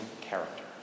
character